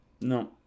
No